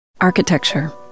Architecture